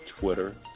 Twitter